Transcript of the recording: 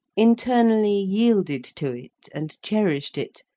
internally yielded to it and cherished it,